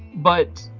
but